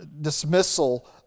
dismissal